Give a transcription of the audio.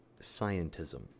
scientism